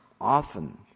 often